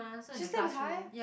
she slept in hive